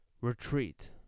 retreat